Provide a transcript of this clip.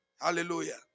Hallelujah